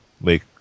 make